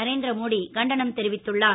நரேந்திர மோடி கண்டனம் தெரிவித்துள்ளார்